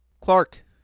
Clark